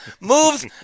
moves